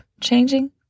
changing